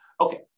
Okay